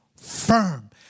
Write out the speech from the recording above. firm